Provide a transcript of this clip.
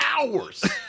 hours